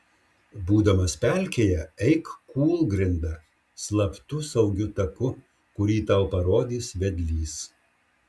būdamas pelkėje eik kūlgrinda slaptu saugiu taku kurį tau parodys vedlys